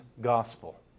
gospel